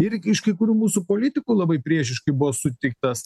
irgi iš kai kurių mūsų politikų labai priešiškai buvo sutiktas